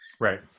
Right